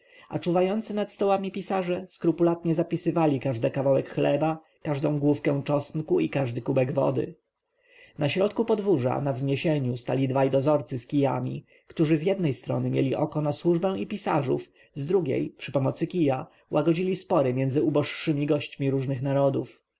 a czuwający nad stołami pisarze skrupulatnie zapisywali każdy kawałek chleba każdą główkę czosnku i kubek wody na środku podwórza na wzniesieniu stali dwaj dozorcy z kijami którzy z jednej strony mieli oko na służbę i pisarzów z drugiej przy pomocy kija łagodzili spory między uboższymi gośćmi różnych narodów